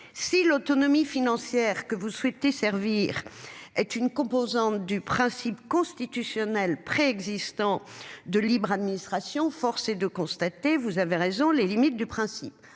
Si l'autonomie financière que vous souhaitez servir. Est une composante du principe constitutionnel préexistants de libre administration, force est de constater, vous avez raison les limites du principe,